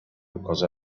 because